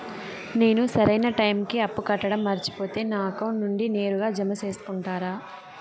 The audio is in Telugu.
నేను సరైన టైముకి అప్పు కట్టడం మర్చిపోతే నా అకౌంట్ నుండి నేరుగా జామ సేసుకుంటారా?